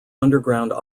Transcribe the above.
underground